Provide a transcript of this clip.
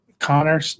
Connor